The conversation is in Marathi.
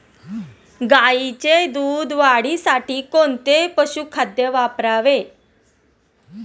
गाईच्या दूध वाढीसाठी कोणते पशुखाद्य वापरावे?